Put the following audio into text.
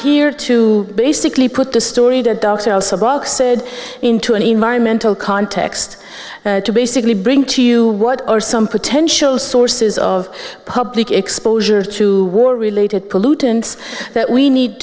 here to basically put the story to dr also brock said into an environmental context to basically bring to you what are some potential sources of public exposure to war related pollutants that we need